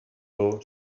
rosetó